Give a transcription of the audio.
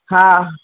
हा